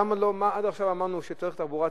עד עכשיו אמרנו שצריך תחבורה ציבורית,